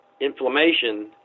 inflammation